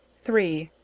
three.